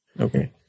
Okay